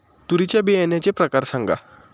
तूरीच्या बियाण्याचे प्रकार सांगा